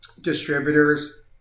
distributors